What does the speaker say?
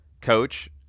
coach